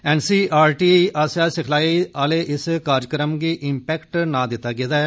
N C E R T आसेआ सिखलाई आह्ले इस कार्यक्रम गी 'इम्पैक्ट' नांऽ दित्ता गेआ ऐ